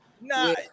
No